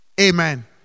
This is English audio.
Amen